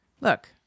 look